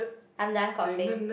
I'm done coughing